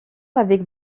avec